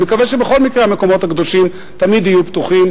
אני מקווה שבכל מקרה המקומות הקדושים תמיד יהיו פתוחים